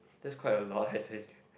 that's quite a lot I think